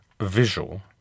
visual